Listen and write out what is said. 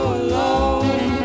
alone